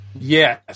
Yes